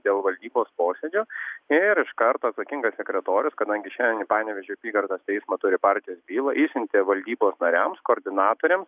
dėl valdybos posėdžio ir iš karto atsakingas sekretorius kadangi šiandien į panevėžio apygardos teismą turi partijos bylą išsiuntė valdybos nariams koordinatoriams